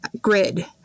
grid